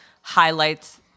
highlights